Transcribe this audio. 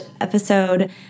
episode